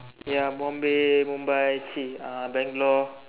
ya Bombay Mumbai !chsi! Bangalore